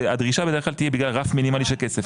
שהדרישה בדרך כלל תהיה בגלל רף מינימלי של כסף.